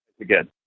Again